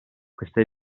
questa